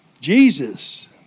Jesus